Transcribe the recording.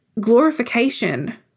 glorification